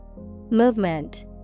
Movement